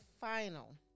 final